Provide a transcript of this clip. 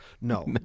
no